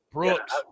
Brooks